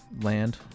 land